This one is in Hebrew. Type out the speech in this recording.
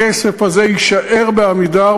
הכסף הזה יישאר ב"עמידר",